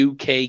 UK